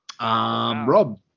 Rob